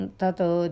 Tato